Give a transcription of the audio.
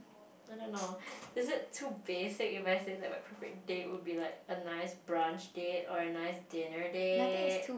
I don't know is it too basic if I say that my perfect date would be like a nice brunch date or a nice dinner date